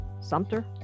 Sumter